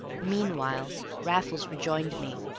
meanwhile raffles rejoined me,